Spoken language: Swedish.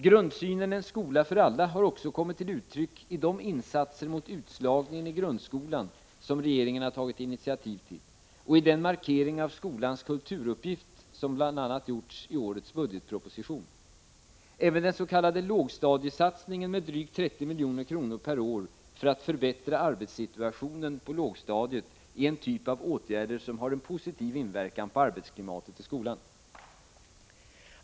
Grundsynen ”en skola för alla” har också kommit till uttryck i de insatser mot utslagningen i grundskolan som regeringen tagit initiativ till och i den markering av skolans kulturuppgift som gjorts bl.a. i årets budgetproposition. Även den s.k. lågstadiesatsningen med drygt 30 milj.kr. per år för att förbättra arbetssituationen på lågstadiet är en typ av åtgärder som har en positiv inverkan på arbetsklimatet i skolan.